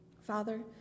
Father